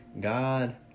God